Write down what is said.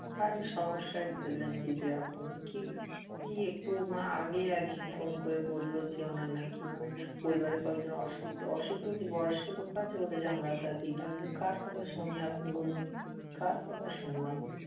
ভারি সমস্যায় ফেললেন দিদি আপনি কি এই একটু মা আগেই একজন ফোন করে বলল যে ওনার না কি মানে পরিবারে কয়েকজন অসুস্থ অসুস্থ বলতে বয়স্ক লোক আছে বলে যে জানলার ধার দিতে হবে কার কথা শুনি আপনি বলুন কার কথা শুনব আমি